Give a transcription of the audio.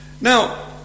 Now